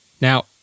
Now